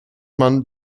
man